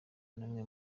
n’umwe